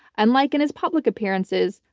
unlike in his public appearances,